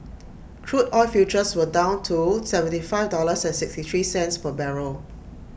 crude oil futures were down to seventy five dollars and sixty three per barrel